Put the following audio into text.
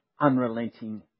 unrelenting